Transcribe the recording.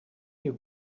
you